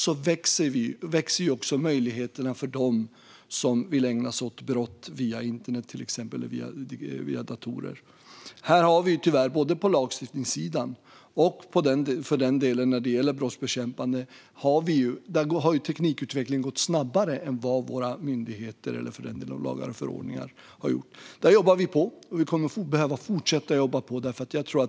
Då växer också möjligheterna för dem som vill ägna sig åt brott via till exempel internet och datorer. När det gäller både lagstiftningssidan och brottsbekämpande har teknikutvecklingen tyvärr gått snabbare än det har gjort för våra myndigheter och lagar och förordningar. Där jobbar vi på, och vi kommer att behöva fortsätta att jobba på.